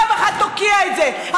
פעם אחת תוקיע את זה.